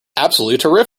absolutely